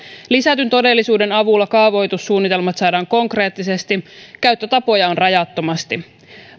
lisätyn todellisuuden avulla kaavoitussuunnitelmat saadaan konkreettisesti käyttötapoja on rajattomasti